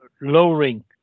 lowering